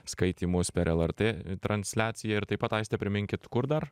skaitymus per lrt transliaciją ir taip pat aiste priminkit kur dar